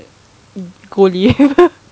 kobe